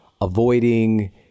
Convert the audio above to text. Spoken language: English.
avoiding